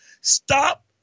Stop